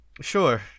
Sure